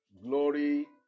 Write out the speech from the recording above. Glory